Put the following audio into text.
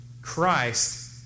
Christ